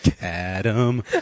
Adam